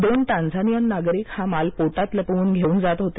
दोन टांझानियन नागरिक हा माल पोटात लपवून घेऊन जात होते